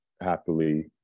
happily